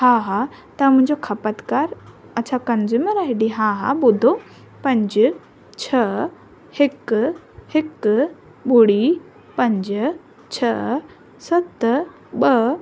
हा हा तव्हां मुंहिंजो ख़पतकारु अच्छा कंज़यूमर आई डी हा हा ॿुधो पंज छ्ह हिकु हिकु ॿुड़ी पंज छ्ह सत ॿ